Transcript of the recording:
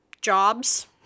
jobs